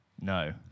No